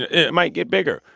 it might get bigger.